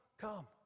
come